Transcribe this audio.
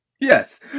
Yes